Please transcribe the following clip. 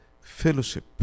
fellowship